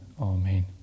amen